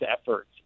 efforts